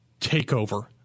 takeover